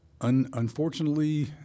Unfortunately